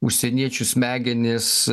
užsieniečių smegenis